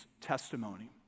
testimony